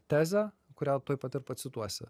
tezę kurią tuoj pat ir pacituosiu